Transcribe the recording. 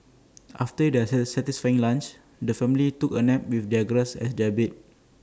after their satisfying lunch the family took A nap with the grass as their bed